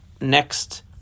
next